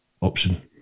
option